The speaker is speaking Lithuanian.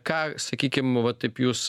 ką sakykim va taip jūs